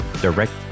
direct